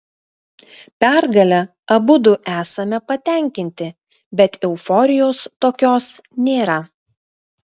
pergale abudu esame patenkinti bet euforijos tokios nėra